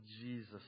Jesus